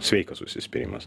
sveikas užsispyrimas